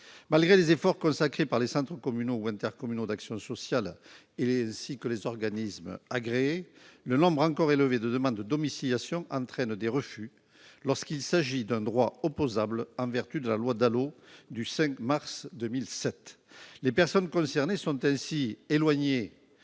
malgré les efforts consacrés par les centres communaux ou intercommunaux d'action sociale, il est ainsi que les organismes agréés le nombre encore élevé de demandes de domiciliation entraîne des refus lorsqu'il s'agit d'un droit opposable en vertu de la loi Dalo du 5 mars 2007, les personnes concernées sont ainsi éloigné